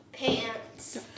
Pants